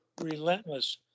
relentless